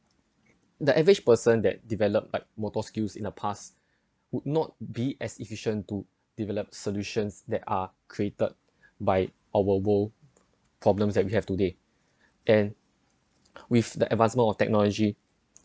the average person that developed like motor skills in the past would not be as efficient to develop solutions that are created by our world problems that we have today and with the advancement of technology